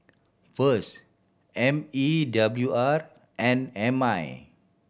VS M E W R and M I